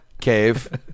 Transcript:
Cave